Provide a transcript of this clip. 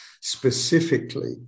specifically